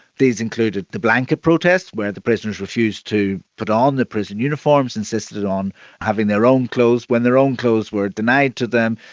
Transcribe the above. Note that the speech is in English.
these included the blanket protest where the prisoners refused to put on the prison uniforms, insisted on having their own clothes. when their own clothes were denied to them,